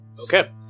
okay